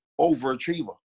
overachiever